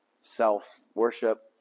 Self-worship